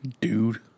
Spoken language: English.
dude